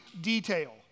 detail